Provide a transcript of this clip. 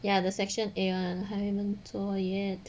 ya the section A one 我还没有做 yet